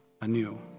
anew